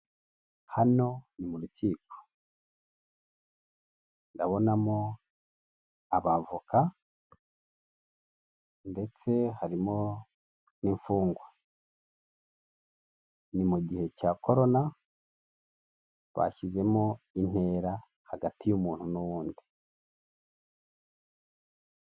Hano ni mu rukiko. Ndabonamo abavoka, ndetse harimo n'imfungwa. Ni mu gihe cya korona, bashyizemo intera hagati y'umuntu n'uwundi.